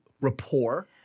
rapport